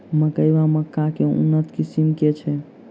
मकई वा मक्का केँ उन्नत किसिम केँ छैय?